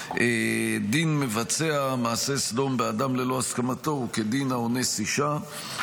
דין מבצע מעשה סדום באדם ללא הסכמתו הוא כדין האונס אישה,